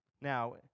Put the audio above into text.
Now